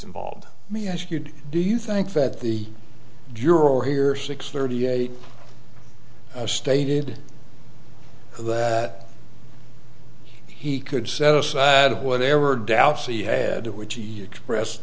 involved me ask you do you think that the juror here six thirty eight stated that he could set aside whatever doubts he had which he express